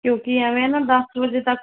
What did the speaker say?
ਕਿਉਂਕਿ ਐਵੇਂ ਨਾ ਦਸ ਵਜੇ ਤੱਕ